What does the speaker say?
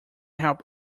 help